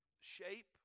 shape